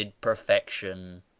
perfection